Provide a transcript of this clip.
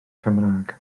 cymraeg